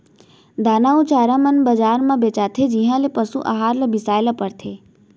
दाना अउ चारा मन बजार म बेचाथें जिहॉं ले पसु अहार ल बिसाए ल परथे